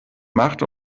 macht